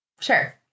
Sure